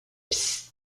psst